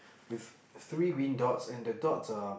with three green dots and the dots are